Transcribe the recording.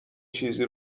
چیزی